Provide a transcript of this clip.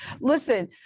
Listen